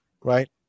right